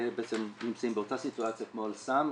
נמצאים באותה סיטואציה כמו "אל סם",